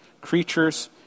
creatures